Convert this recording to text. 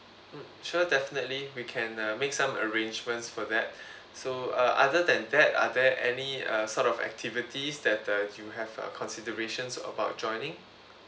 mm sure definitely we can uh make some arrangements for that so uh other than that are there any uh sort of activities that uh you have uh considerations about joining